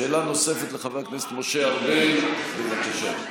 שאלה נוספת, לחבר הכנסת משה ארבל, בבקשה.